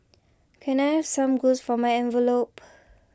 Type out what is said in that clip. can I have some glues for my envelopes